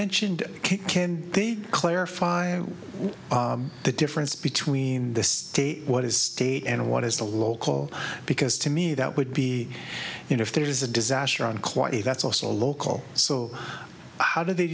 mentioned can they clarify the difference between the state what is state and what is the local because to me that would be you know if there is a disaster on quietly that's also local so how do they